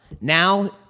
now